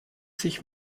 sich